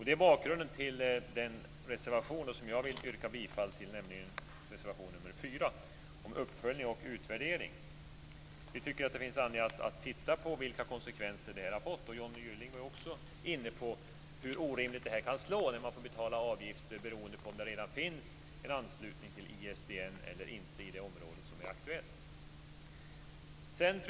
Detta är bakgrunden till den reservation som jag vill yrka bifall till, nämligen reservation 4 om uppföljning och utvärdering. Vi tycker att det finns anledning att titta på vilka konsekvenser detta har fått. Johnny Gylling var också inne på hur orimligt det här kan slå, när man får betala avgifter beroende på huruvida det redan finns en anslutning till ISDN eller inte i det aktuella området.